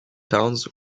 towns